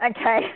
okay